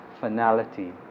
finality